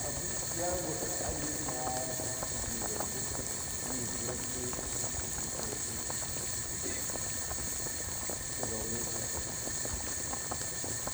Abu yani bu al'adi caci ghanzi ci biyi burakhi di muzi taghun ti Bauchi ca ba wuya cafai